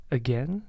again